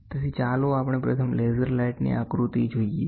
તેથી ચાલો આપણે પ્રથમ લેસર લાઈટની આકૃતિ જોઈએ